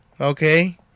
okay